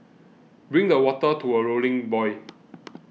bring the water to a rolling boil